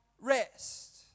rest